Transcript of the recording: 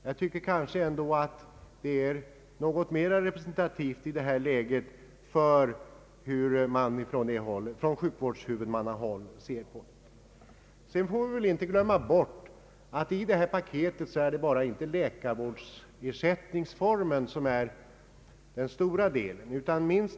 Jag tycker att det ändå är mer representativt i detta läge för hur man ser på dessa frågor från sjukvårdshuvudmannahåll. Vi får inte glömma bort att i detta paket ingår inte endast formen för läkarvårdsersättning.